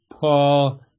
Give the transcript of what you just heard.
paul